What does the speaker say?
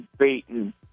beaten